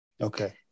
Okay